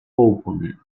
opponent